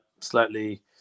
slightly